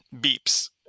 beeps